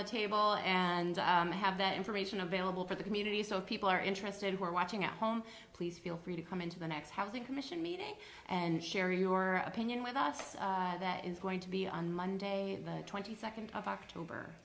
the table and have that information available for the community so people are interested who are watching at home please feel free to come into the next housing commission meeting and share your opinion with us that is going to be on monday the twenty second of october